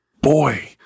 Boy